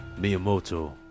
Miyamoto